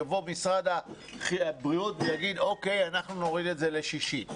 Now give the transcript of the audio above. יבוא משרד הבריאות ויגיד שיורידו את זה לשישית,